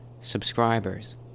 subscribers